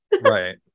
Right